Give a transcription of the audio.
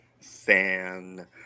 fan